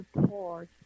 support